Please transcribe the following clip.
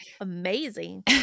Amazing